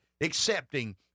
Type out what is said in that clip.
accepting